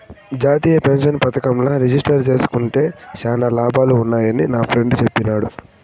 జాతీయ పెన్సన్ పదకంల రిజిస్టర్ జేస్కుంటే శానా లాభాలు వున్నాయని నాఫ్రెండ్ చెప్పిన్నాడు